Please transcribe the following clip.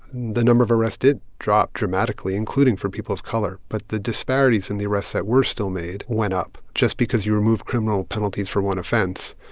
the number of arrests did drop dramatically, including for people of color. but the disparities in the arrests that were still made went up. just because you remove criminal penalties for one offense,